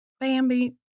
Bambi